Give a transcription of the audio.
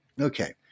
Okay